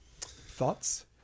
thoughts